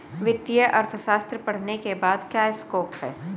वित्तीय अर्थशास्त्र पढ़ने के बाद क्या स्कोप है?